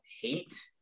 hate